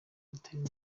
gutera